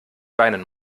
weinen